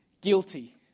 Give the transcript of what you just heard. guilty